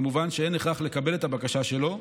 כמובן שאין הכרח לקבל את הבקשה שלו,